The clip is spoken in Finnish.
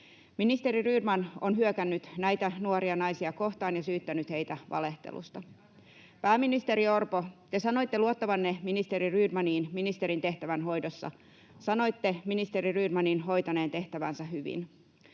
Ministeri Rydman on hyökännyt näitä nuoria naisia kohtaan ja syyttänyt heitä valehtelusta. Pääministeri Orpo, te sanoitte luottavanne ministeri Rydmaniin ministerin tehtävän hoidossa, sanoitte ministeri Rydmanin hoitaneen tehtävänsä hyvin.